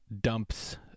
dumps